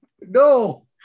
No